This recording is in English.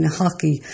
hockey